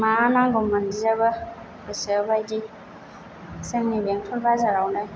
मा नांगौ मोनजोबो गोसो बाइदि जोंनि बेंथल बाजारावनो